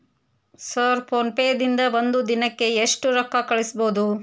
Sir PhonePe ದಿಂದ ಒಂದು ದಿನಕ್ಕೆ ಎಷ್ಟು ರೊಕ್ಕಾ ಕಳಿಸಬಹುದು?